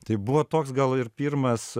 tai buvo toks gal ir pirmas